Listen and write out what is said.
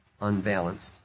unbalanced